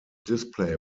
display